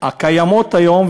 הקיימות היום,